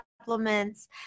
supplements